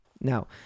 Now